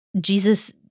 jesus